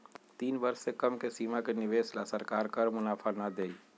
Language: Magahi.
तीन वर्ष से कम के सीमा के निवेश ला सरकार कर मुनाफा ना देई